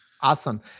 awesome